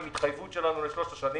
עם התחייבות שלנו לשלוש השנים.